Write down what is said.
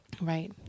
right